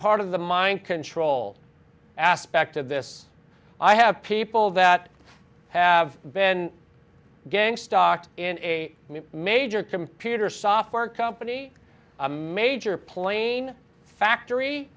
part of the mind control aspect of this i have people that have been getting stuck in a major computer software company a major plane